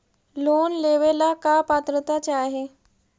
Loan लेवेला का पात्रता चाही?